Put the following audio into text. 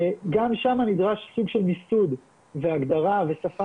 גם שם נדרש סוג של מיסוד והגדרה ושפה